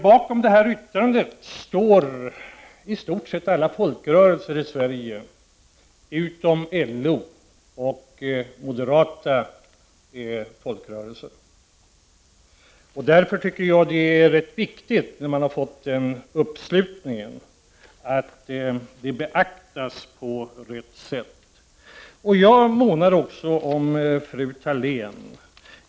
Bakom detta yttrande står i stort sett sett alla folkrörelser i Sverige, utom LO och moderata folkrörelser. Därför tycker jag det är rätt viktigt, när man har fått en sådan uppslutning, att detta beaktas på rätt sätt. Jag månar också om fru Thalén.